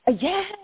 Yes